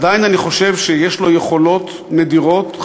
עדיין אני חושב שיש לו יכולות נדירות,